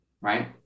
right